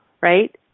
right